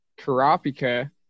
Karapika